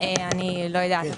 אני לא יודעת.